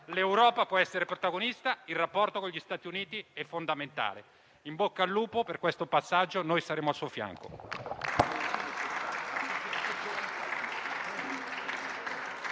l'Europa può essere protagonista e il rapporto con gli Stati Uniti è fondamentale. Signor Presidente, in bocca al lupo per questo passaggio; noi saremo al suo fianco.